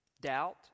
doubt